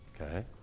Okay